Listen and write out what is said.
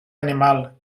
animal